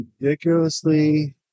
Ridiculously